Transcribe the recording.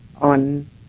on